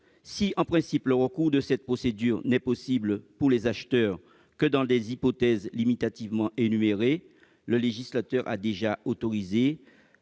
Si, en principe, le recours à cette procédure n'est possible, pour les acheteurs, que dans des hypothèses limitativement énumérées, le législateur a déjà autorisé